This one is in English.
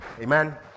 Amen